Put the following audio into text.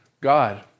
God